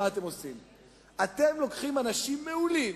אתם לוקחים אנשים מעולים,